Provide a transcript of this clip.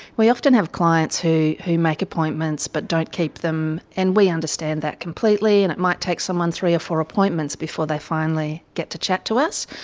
we often have clients who who make appointments but don't keep them, and we understand that completely. and it might take someone three or four appointments before they finally get to chat to us.